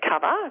cover